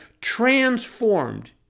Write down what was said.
transformed